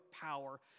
power